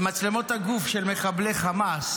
במצלמות הגוף של מחבלי חמאס